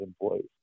employees